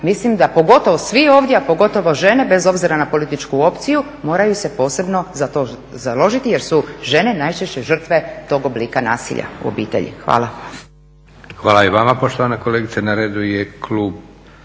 mislim da pogotovo svi ovdje, a pogotovo žene bez obzira na političku opciju moraju se posebno za to založiti jer su žene najčešće žrtve tog oblika nasilja u obitelji. Hvala. **Leko, Josip (SDP)** Hvala i vama poštovana kolegice. Na redu je Klub